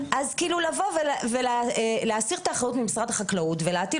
לבוא ולהסיר את האחריות ממשרד החקלאות ולהטיל